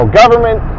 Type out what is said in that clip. government